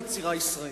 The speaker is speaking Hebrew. היצירה הישראלית.